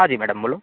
હા જી મેડમ બોલો